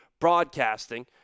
broadcasting